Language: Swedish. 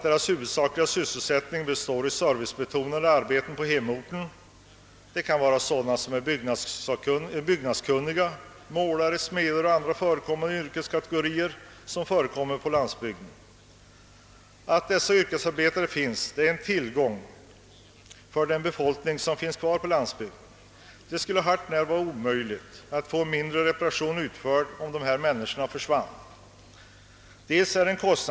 Deras huvudsakliga sysselsättning består ofta i servicebetonade arbeten på hemorten. Det kan vara sådana som är byggnadskunniga, målare, smeder och andra yrkesmän som brukar förekomma på landsbygden. Dessa yrkesarbetare utgör en tillgång för den befolkning som finns kvar på landsbygden, och det skulle vara hart när omöjligt att få en mindre reparation utförd om dessa människor försvann.